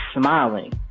smiling